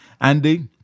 Andy